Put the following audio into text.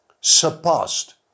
surpassed